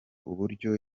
uburyo